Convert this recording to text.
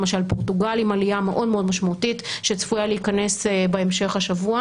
למשל פורטוגל עם עלייה משמעותית מאוד שצפויה להיכנס בהמשך השבוע.